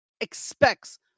expects